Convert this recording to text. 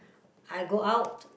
I go out